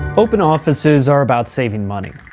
open offices are about saving money.